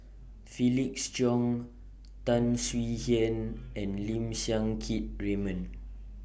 Felix Cheong Tan Swie Hian and Lim Siang Keat Raymond